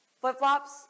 Flip-flops